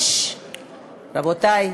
רבותי.